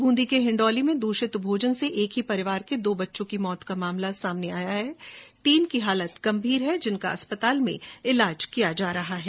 बूंदी के हिंडौली में दूषित भोजन से एक ही परिवार के दो बच्चों की मौत का मामला सामने आया है और तीन की हालत गंभीर है जिनका अस्पताल में इलाज किया जा रहा है